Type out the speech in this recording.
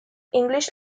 english